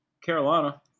Carolina